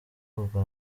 ubwa